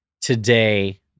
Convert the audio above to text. today